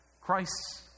Christ